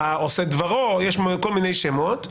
-- עושה דברו, יש כל מיני שמות,